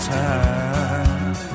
time